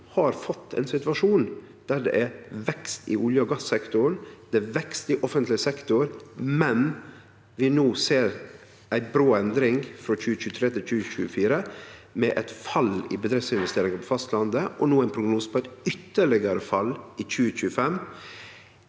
har no fått ein situasjon der det er vekst i olje- og gassektoren, det er vekst i offentleg sektor, men vi ser ei brå endring frå 2023 til 2024 med eit fall i bedriftsinvesteringane på fastlandet, og det er ein prognose på eit ytterlegare fall i 2025.